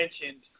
mentioned